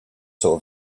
sort